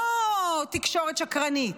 לא תקשורת שקרנית,